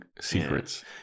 secrets